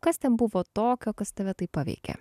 kas ten buvo tokio kas tave taip paveikė